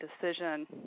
decision